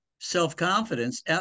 Self-confidence